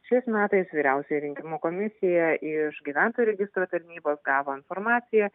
šiais metais vyriausioji rinkimų komisija iš gyventojų registro tarnybos gavo informaciją